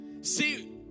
See